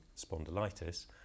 spondylitis